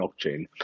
blockchain